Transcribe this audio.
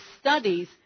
studies